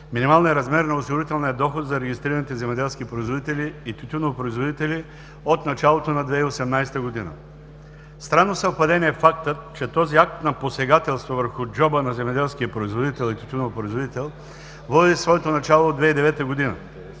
минималния размер на осигурителния доход за регистрираните земеделски производители и тютюнопроизводители от началото на 2018 г. Странно съвпадение е фактът, че този акт на посегателство върху джоба на земеделския производител и тютюнопроизводител води своето начало от 2009 г.